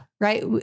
right